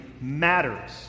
matters